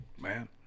Man